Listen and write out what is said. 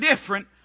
different